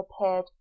appeared